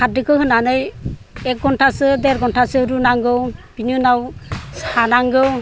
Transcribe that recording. खारदैखौ होनानै एक घन्टासो देर घन्टासो रुनांगौ बिनि उनाव सानांगौ